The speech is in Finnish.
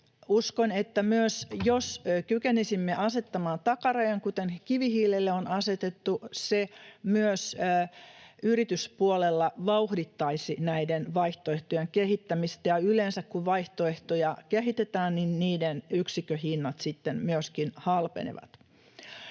Uskon, että jos kykenisimme asettamaan takarajan, kuten kivihiilelle on asetettu, se myös yrityspuolella vauhdittaisi näiden vaihtoehtojen kehittämistä, ja yleensä kun vaihtoehtoja kehitetään, niin niiden yksikköhinnat sitten myöskin halpenevat.